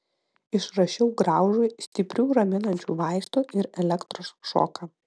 išrašiau graužui stiprių raminančių vaistų ir elektros šoką